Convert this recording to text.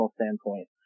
standpoint